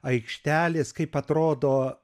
aikštelės kaip atrodo